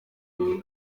muri